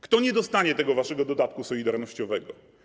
Kto nie dostanie tego waszego dodatku solidarnościowego?